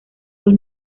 dos